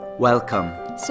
Welcome